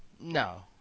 No